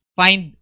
find